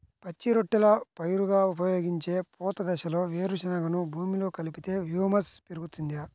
పచ్చి రొట్టెల పైరుగా ఉపయోగించే పూత దశలో వేరుశెనగను భూమిలో కలిపితే హ్యూమస్ పెరుగుతుందా?